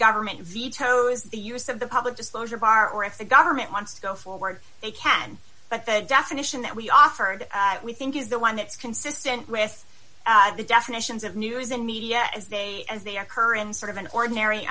government vetoes the use of the public disclosure bar or if the government wants to go forward they can but the definition that we offered we think is the one that's consistent with the definitions of news and media as they as they occur in sort of an ordinary